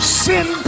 sin